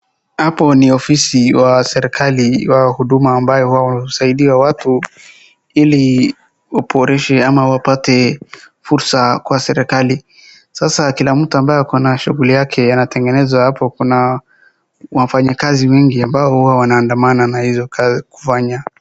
Hapo ni ofisi ya serikali ya huduma ambayo husaidia watu ili waboreshe ama wapate fursa kwa serikali. Kila mtu ako na shughuli yake anatengeneza hapo, kuna wafanyakazi wengi ambao huandamana na kufanya hiyo kazi.